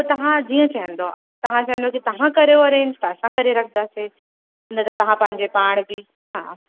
त तव्हां जीअं चवंदव अगरि तव्हा चेंदव की तव्हां करो अरेंज त असां करे रखंदासीं न त तव्हां पंहिंजे पाण बि हा